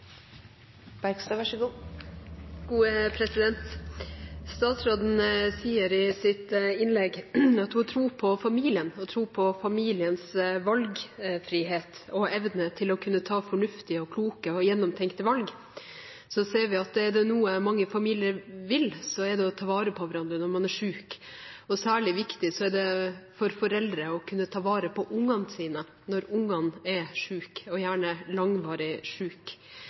gjennomtenkte valg. Så ser vi at er det noe mange familier vil, så er det å ta vare på hverandre når noen er syke. Særlig viktig er det for foreldre å kunne ta vare på ungene sine når ungene er syke, og gjerne langvarig